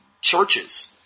churches